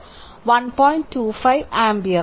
25 ampere